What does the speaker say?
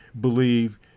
believe